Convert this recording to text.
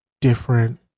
different